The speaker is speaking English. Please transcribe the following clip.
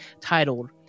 titled